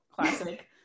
classic